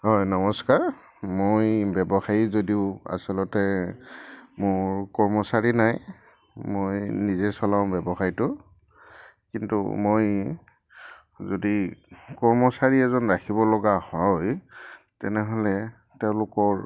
হয় নমস্কাৰ মই ব্যৱসায়ী যদিও আচলতে মোৰ কৰ্মচাৰী নাই মই নিজে চলাওঁ ব্যৱসায়ীটো কিন্তু মই যদি কৰ্মচাৰী এজন ৰাখিবলগা হয় তেনেহ'লে তেওঁলোকৰ